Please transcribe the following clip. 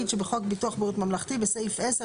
שבחוק ביטוח בריאות ממלכתי בסעיף 10,